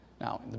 Now